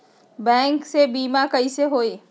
Bank से बिमा कईसे होई?